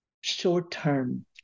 short-term